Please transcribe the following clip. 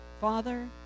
Father